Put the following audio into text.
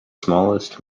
smallest